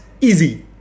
easy